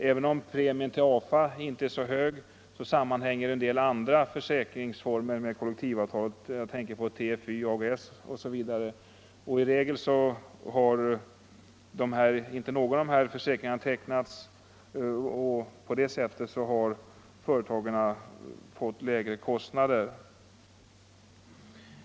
Även om premien till AFA inte är så hög sammanhänger även en del andra försäkringsformer med kollektivavtal — jag tänker på TFY, AGS osv. I regel har i sådana här fall inte någon av dessa försäkringar tecknats, och på det sättet har företagarna fått lägre kostnader.